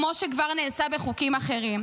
כמו שכבר נעשה בחוקים אחרים,